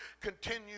continue